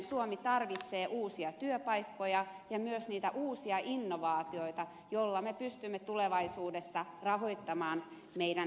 suomi tarvitsee uusia työpaikkoja ja myös niitä uusia innovaatioita joilla me pystymme tulevaisuudessa rahoittamaan hyvinvointiyhteiskuntamme